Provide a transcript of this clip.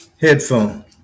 headphone